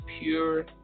pure